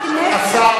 השר